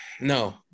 No